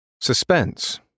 Suspense